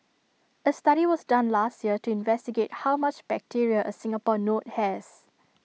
A study was done last year to investigate how much bacteria A Singapore note has